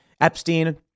Epstein